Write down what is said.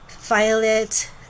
Violet